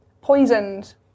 poisoned